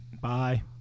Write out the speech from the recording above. Bye